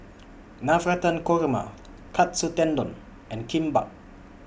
Navratan cog Ma Katsu Tendon and Kimbap